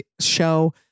show